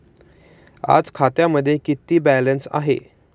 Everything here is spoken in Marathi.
आज खात्यामध्ये किती बॅलन्स आहे?